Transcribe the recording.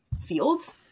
fields